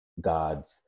God's